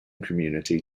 community